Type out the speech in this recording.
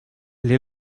les